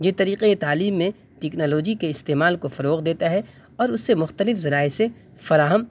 یہ طریقۂ تعلیم میں ٹیکنالوجی کے استعمال کو فروغ دیتا ہے اور اس سے مختلف ذرائع سے فراہم